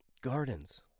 Gardens